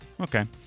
Okay